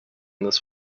this